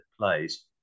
plays